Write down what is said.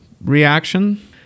Reaction